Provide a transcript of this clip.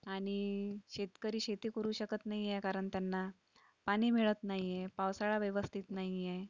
आणि शेतकरी शेती करू शकत नाही आहे कारण त्यांना पाणी मिळत नाही आहे पावसाळा व्यवस्थित नाही आहे